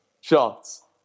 shots